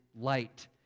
light